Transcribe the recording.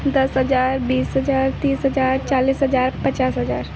दस हज़ार बीस हज़ार तीस हज़ार चालीस हज़ार पचास हज़ार